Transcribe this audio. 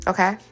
Okay